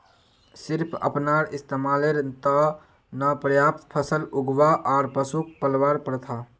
सिर्फ अपनार इस्तमालेर त न पर्याप्त फसल उगव्वा आर पशुक पलवार प्रथा